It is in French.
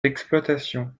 d’exploitation